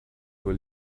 will